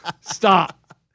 Stop